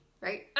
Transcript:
right